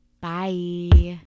Bye